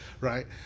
right